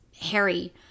Harry